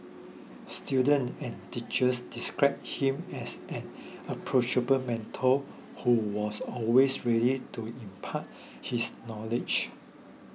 students and teachers described him as an approachable mentor who was always ready to impart his knowledge